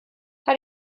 how